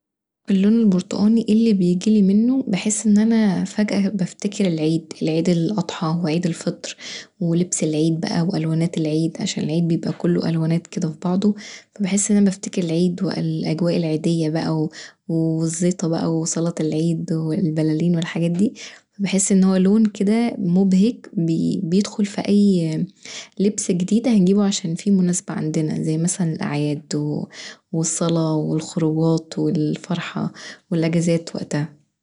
اللون البرتقاني ايه اللي بيجيلي منه؟ بحس ان انا فجأه بفتكر العيد، العيد الأضحي وعيد الفطر، ولبس العيد بقي وألوانات العيد، عشان العيد بيبقي كله ألوانات كدا في بعضه بحس ان انا بفتكر العيد وأجواء العيديه بقي والزيطه وصلاة العيد والبلالين والحاجات دي بحس ان هو لون كدا مبهج بيدخل في لبس جديد كدا هنجيبه عشان فيه مناسبه عندنا زي مثلا الأعياد والصلا والخروجات والفرحه والأجازات وقتها.